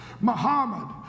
Muhammad